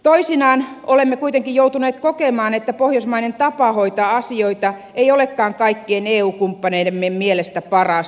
toisinaan olemme kuitenkin joutuneet kokemaan että pohjoismainen tapa hoitaa asioita ei olekaan kaikkien eu kumppaneidemme mielestä paras